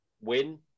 win